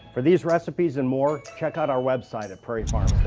for these recipes and more, check out our website at prairiefarms